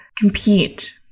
compete